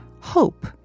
hope